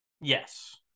Yes